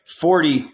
Forty